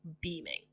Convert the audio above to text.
beaming